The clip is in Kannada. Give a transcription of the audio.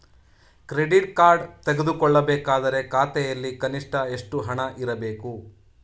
ಕ್ರೆಡಿಟ್ ಕಾರ್ಡ್ ತೆಗೆದುಕೊಳ್ಳಬೇಕಾದರೆ ಖಾತೆಯಲ್ಲಿ ಕನಿಷ್ಠ ಎಷ್ಟು ಹಣ ಇರಬೇಕು?